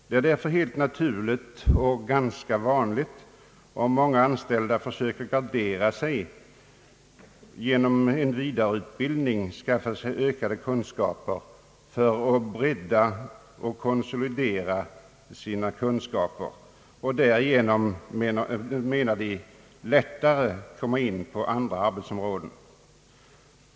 Det är därför helt naturligt och tämligen vanligt att anställda försöker gardera sig och genom vidareutbildning bredda och konsolidera sina kunskaper. Därigenom kan de lättare, anser de, komma in på andra arbetsområden.